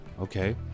Okay